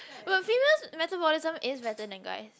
but female's metabolism is better than guy's